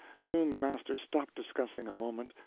soon the master stopped discussing a moment,